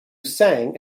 sang